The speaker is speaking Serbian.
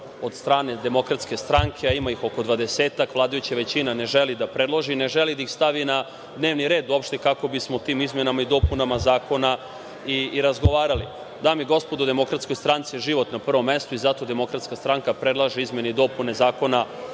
od strane Demokratske stranke, a ima ih oko 20-ak, vladajuća većina ne želi da predloži, ne želi da ih stavi na dnevni red uopšte, kako bismo o tim izmenama i dopunama zakona i razgovarali. Dame i gospodo, Demokratskoj stranci je život na prvom mestu i zato DS predlaže izmene i dopune Zakona